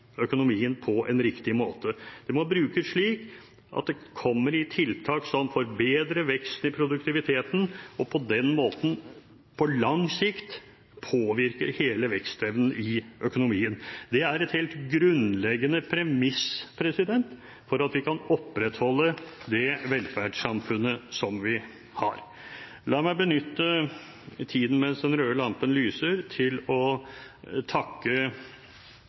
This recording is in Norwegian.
økonomien på en riktig måte. Det må brukes slik at det kommer i tiltak som får bedre vekst i produktiviteten, og på den måten på lang sikt påvirker hele vekstevnen i økonomien. Det er et helt grunnleggende premiss for at vi kan opprettholde det velferdssamfunnet som vi har. La meg benytte tiden mens den røde lampen lyser, til å takke